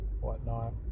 whatnot